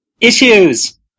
Issues